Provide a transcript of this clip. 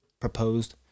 proposed